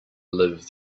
live